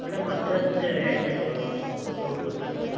madam address ಹೇಳ್ತೀರಾ ma'am ಅದು route ಗೊತ್ತಾಗಲಿಲ್ಲ